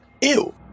Ew